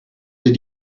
did